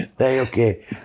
Okay